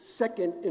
second